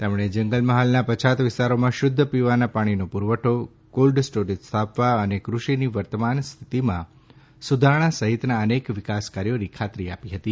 તેમણે જંગલમહલના પછાત વિસ્તારોમાં શુદ્ધ પીવાના પાણીનો પુરવઠો કોલ્ડ સ્ટોરેજ સ્થાપવા અને કૃષિની વર્તમાન પરિસ્થિતીમાં સુધારણા સહિતના અનેક વિકાસ કાર્યોની ખાતરી આપી હતી